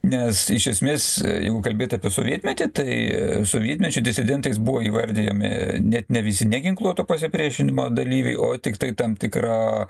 nes iš esmės jeigu kalbėt apie sovietmetį tai sovietmečiu disidentais buvo įvardijami net ne visi neginkluoto pasipriešinimo dalyviai o tiktai tam tikro